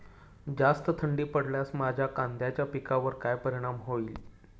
जास्त थंडी पडल्यास माझ्या कांद्याच्या पिकावर काय परिणाम होईल?